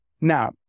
Now